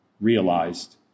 realized